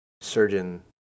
surgeon